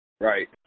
Right